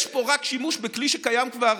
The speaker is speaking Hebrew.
יש פה רק שימוש בכלי שקיים כבר